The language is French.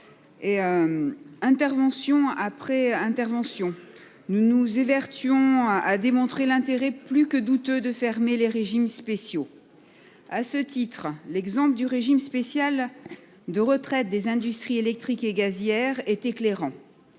Intervention après intervention, nous nous évertuons à démontrer l'intérêt plus que douteux de fermer les régimes spéciaux. À ce titre, l'exemple du régime spécial de retraite des industries électriques et gazières est éclairant.